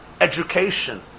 education